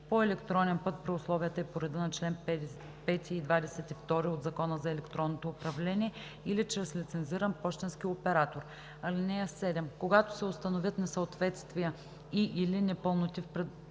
по електронен път при условията и по реда на чл. 5 и 22 от Закона за електронното управление или чрез лицензиран пощенски оператор. (7) Когато се установят несъответствия и/или непълноти в представената